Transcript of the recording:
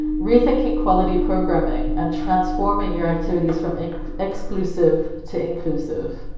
rethinking quality programming and transforming your activities from exclusive to inclusive.